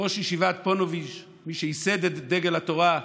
ראש ישיבת פוניבז', מי שייסד את דגל התורה,